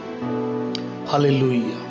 hallelujah